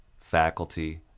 faculty